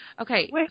okay